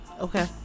Okay